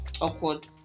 Awkward